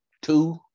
two